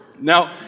Now